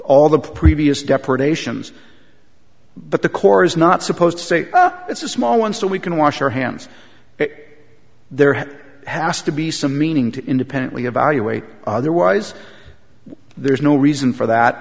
all the previous depredations but the core is not supposed to say it's a small one so we can wash our hands there has to be some meaning to independently evaluate otherwise there's no reason for that